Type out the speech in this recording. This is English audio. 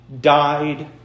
died